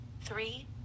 three